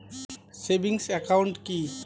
Savings account কি?